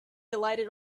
delighted